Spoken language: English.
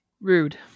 Rude